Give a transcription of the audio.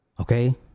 okay